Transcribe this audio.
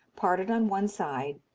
parted on one side,